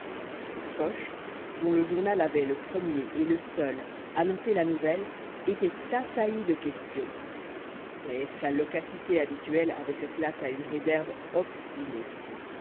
coche dont le journal avait le premier et le seul annoncé la nouvelle était assailli de questions mais sa loquacité habituelle avait fait place à une réserve obstinée